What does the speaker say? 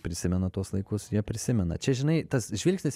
prisimena tuos laikus jie prisimena čia žinai tas žvilgsnis